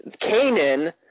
Canaan